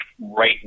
right